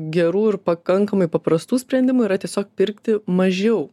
gerų ir pakankamai paprastų sprendimų yra tiesiog pirkti mažiau